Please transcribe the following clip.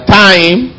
time